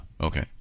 okay